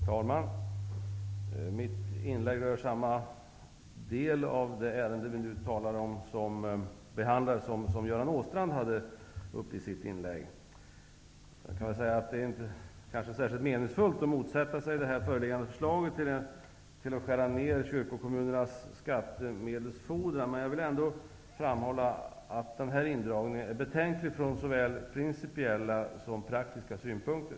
Herr talman! Mitt inlägg rör samma del av det ärende som vi nu behandlar som Göran Åstrand tog upp i sitt inlägg. Det kan sägas inte vara särskilt meningsfullt att motsätta sig det föreliggande förslaget om att skära ned kyrkokommunernas skattemedelsfordran, men jag vill ändå framhålla att denna indragning är betänklig från såväl principiella som praktiska synpunkter.